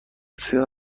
سیاه